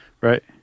Right